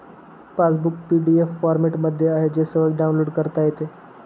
passbook PDF फॉरमॅटमध्ये आहे जे सहज डाउनलोड करता येते